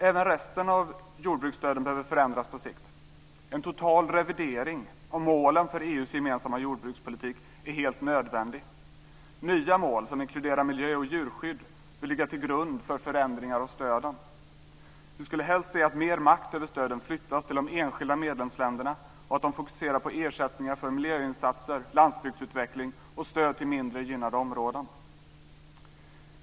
Även resten av jordbruksstöden behöver förändras på sikt. En total revidering av målen för EU:s gemensamma jordbrukspolitik är helt nödvändig. Nya mål som inkluderar miljö och djurskydd bör ligga till grund för förändringar av stöden. Vi skulle helst se att mer makt över stöden flyttas till de enskilda medlemsländerna och att de fokuserar på ersättningar för miljöinsatser, landsbygdsutveckling och stöd till mindre gynnade områden.